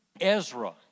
Ezra